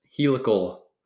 helical